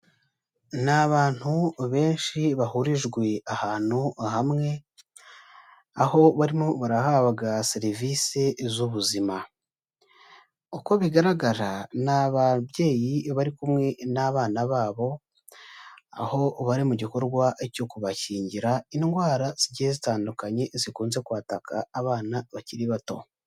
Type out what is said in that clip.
Ni abantu benshi bahurijwe ahantu hamwe, aho barimo barahabwa serivise z'ubuzima. Uko bigaragara ni ababyeyi bari kumwe n'abana babo, aho bari mu gikorwa cyo kubakingira indwara zigiye zitandukanye zikunze kwataka abana bakiri bato.